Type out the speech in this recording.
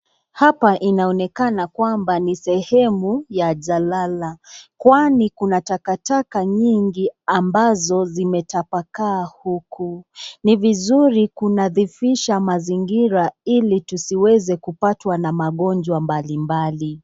Hapa inaonekana kwamba ni sahehu ya jalala. Kwani kuna takataka nyingi ambazo zimetapakaa huku. Ni vizuri kunadhifisha mazingira hili tusiweze kupatwa na magonjwa mbalimbali.